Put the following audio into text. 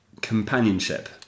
companionship